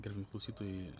gerbiami klausytojai